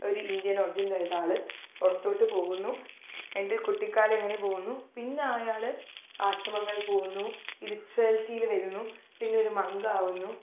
ഒരിന്ത്യനൊർജിൻലെ ഒരാൾ പുറത്തോട്ട് പോകുന്നു എന്റെ കുട്ടിക്കാലം ഇങ്ങനെ പോകുന്നു പിന്നെ അയാൾ ആശ്രമങ്ങളിൽ പോകുന്നു സ്പിരിച്വാലിറ്റീൽ വരുന്നു പിന്നൊരു മങ്കാകുന്നു